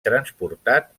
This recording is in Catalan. transportat